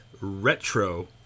Retro